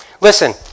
listen